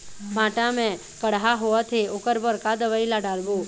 भांटा मे कड़हा होअत हे ओकर बर का दवई ला डालबो?